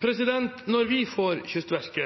Når vi får Kystverkets